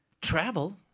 Travel